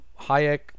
Hayek